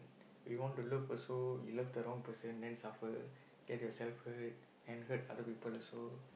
we want to love also love the wrong person then suffer get yourself hurt and hurt other people also